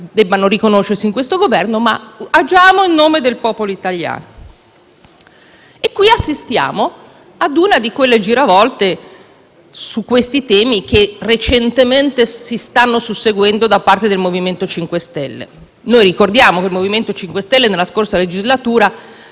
debbano riconoscersi in questo Governo): l'agire in nome del popolo italiano. Ecco che assistiamo a una di quelle giravolte su questi temi che recentemente si stanno susseguendo da parte del MoVimento 5 Stelle. Ricordiamo che il Movimento 5 Stelle nella scorsa legislatura,